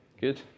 good